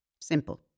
Simple